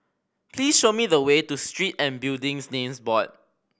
please show me the way to Street and Building Names Board